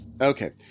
Okay